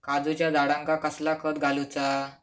काजूच्या झाडांका कसला खत घालूचा?